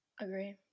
agree